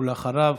ואחריו,